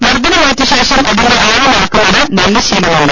മർദ്ദനമേറ്റശേഷം അതിന്റെ ആഴമളക്കുന്നത് നല്ല ശീലമല്ല